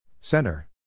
Center